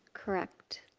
correct.